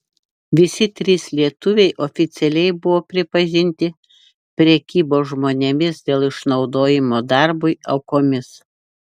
visi trys lietuviai oficialiai buvo pripažinti prekybos žmonėmis dėl išnaudojimo darbui aukomis